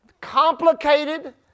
complicated